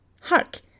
Hark